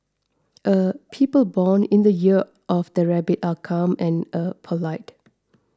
er people born in the year of the rabbit are calm and er polite